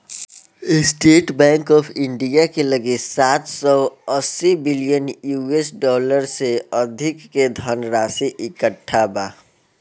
estate Bank of India के लगे सात सौ अस्सी बिलियन यू.एस डॉलर से अधिक के धनराशि इकट्ठा बा